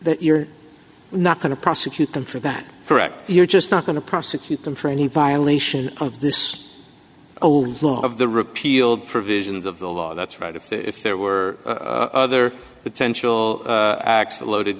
that you're not going to prosecute them for that correct you're just not going to prosecute them for any violation of this old law of the repealed provisions of the law that's right if if there were other potential acts of loaded